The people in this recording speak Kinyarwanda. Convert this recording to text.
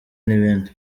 n’ibindi